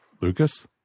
Lucas